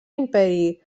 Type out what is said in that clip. imperi